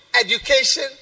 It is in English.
education